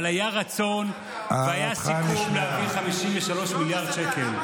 אבל היה רצון והיה סיכום להעביר 53 מיליארד שקל.